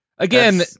Again